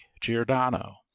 Giordano